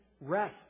rest